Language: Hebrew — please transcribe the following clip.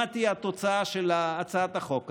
מה תהיה התוצאה של הצעת החוק הזאת,